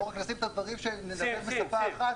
בואו רק נשים את הדברים שנדבר בשפה אחת,